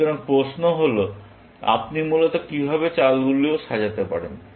সুতরাং প্রশ্ন হল আপনি মূলত কিভাবে চালগুলো সাজাতে পারেন